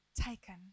taken